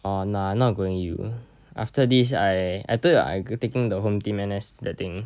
orh nah not going U after this I I told you [what] I go taking the hometeam N_S that thing